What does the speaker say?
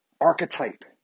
archetype